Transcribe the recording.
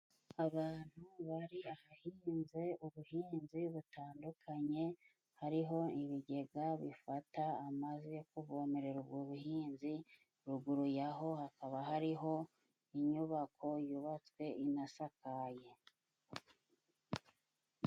Abantu bari ahahinze ubuhinzi butandukanye hariho ibigega bifata amazi yo kuvomerera ubwo buhinzi ruguru yaho hakaba hariho inyubako yubatswe inasakaye.